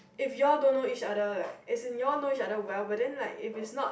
if you all don't know each other like as is you all know each other well but then like if is not